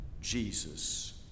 Jesus